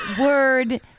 word